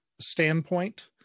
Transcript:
standpoint